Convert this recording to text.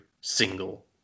single